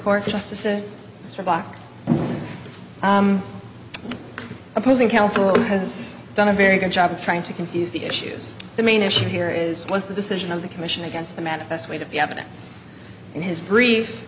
court justices mr bach and opposing counsel has done a very good job of trying to confuse the issues the main issue here is was the decision of the commission against the manifest way to be evidence in his brief